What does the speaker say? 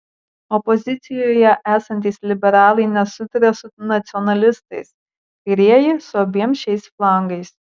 opozicijoje esantys liberalai nesutaria su nacionalistais kairieji su abiem šiais flangais